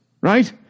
Right